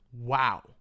wow